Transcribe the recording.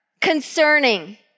concerning